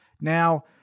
Now